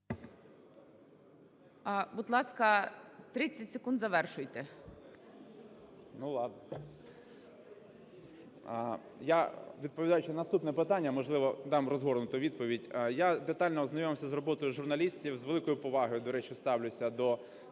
Будь ласка, 30 секунд, завершуйте. ВІННИК І.Ю. Ну, ладно. Я, відповідаючи на наступне питання, можливо, дам розгорнуту відповідь. Я детально ознайомився з роботою журналістів, з великою повагою, до речі, ставлюся до